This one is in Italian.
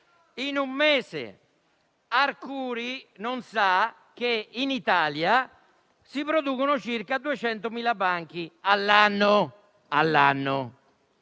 in un mese; Arcuri non sa che in Italia si producono circa 200.000 banchi all'anno.